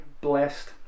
blessed